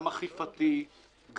גם אכיפתי,